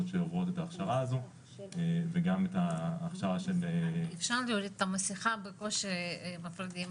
שעוברות את ההכשרה הזו וגם את ההכשרה של --- כמו שאני